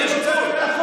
יש גבול.